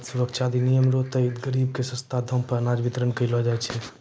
खाद सुरक्षा अधिनियम रो तहत गरीब के सस्ता दाम मे अनाज बितरण करलो जाय छै